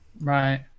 Right